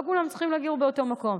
לא כולם צריכים לגור באותו מקום.